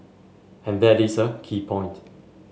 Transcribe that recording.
and that is a key point